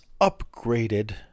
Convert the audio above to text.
upgraded